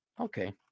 Okay